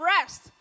rest